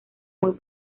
muy